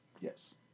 Yes